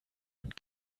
und